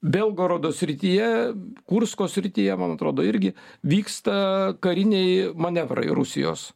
belgorodo srityje kursko srityje man atrodo irgi vyksta kariniai manevrai rusijos